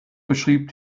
beschrieb